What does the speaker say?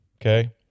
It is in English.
okay